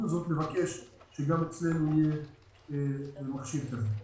הזאת כדי לבקש שגם אצלנו יהיה מכשיר כזה.